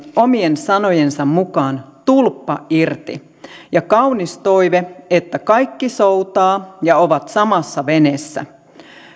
omien sanojensa mukaan tulppa irti ja kaunis toive että kaikki soutavat ja ovat samassa veneessä